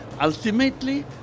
Ultimately